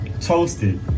toasted